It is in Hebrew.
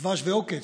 דבש ועוקץ.